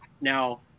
Now